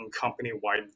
company-wide